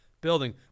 building